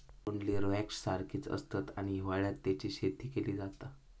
तोंडली स्क्वैश सारखीच आसता आणि हिवाळ्यात तेची शेती केली जाता